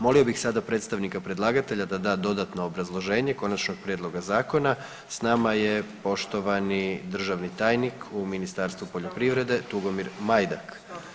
Molio bih sada predstavnika predlagatelja da da dodatno obrazloženje konačnog prijedloga zakona, s nama je poštovani državni tajnik u Ministarstvu poljoprivrede Tugomir Majdak.